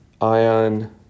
ion